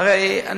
היה לנו ויכוח.